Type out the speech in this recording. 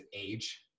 age